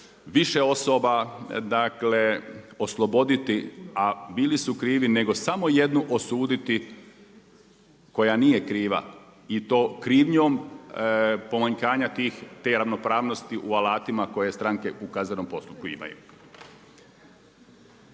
više osoba dakle osloboditi a bili su krivi nego samo jednu osuditi koja nije kriva i to krivnjom pomanjkanja te ravnopravnosti u alatima koje stranke u kaznenom postupku imaju.